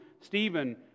Stephen